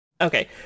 Okay